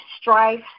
strife